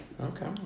Okay